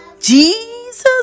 jesus